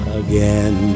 again